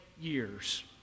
years